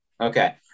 Okay